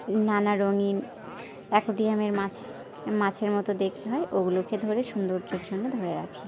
নানা রঙিন অ্যাকোয়ারিয়ামের মাছ মাছের মতো দেখতে হয় ওগুলোকে ধরে সৌন্দর্যের জন্য ধরে রাখি